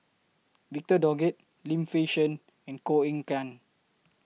Victor Doggett Lim Fei Shen and Koh Eng Kian